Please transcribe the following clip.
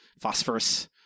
phosphorus